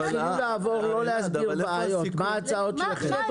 אם כן, מה ההצעה שלך?